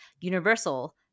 Universal